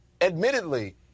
admittedly